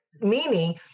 meaning